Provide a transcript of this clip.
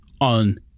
on